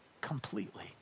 completely